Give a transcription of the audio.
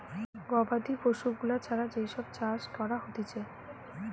গবাদি পশু গুলা ছাড়া যেই সব চাষ করা হতিছে